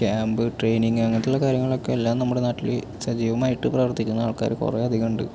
camp training അങ്ങനത്തെയുള്ള കാര്യങ്ങളൊക്കെ എല്ലാം നമ്മുടെ നാട്ടിൽ സജീവമായിട്ട് പ്രവർത്തിക്കുന്ന ആൾക്കാർ കുറേ അധികമുണ്ട്